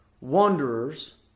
wanderers